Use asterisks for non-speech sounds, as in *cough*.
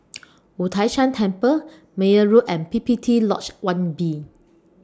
*noise* Wu Tai Shan Temple Meyer Road and P P T Lodge one B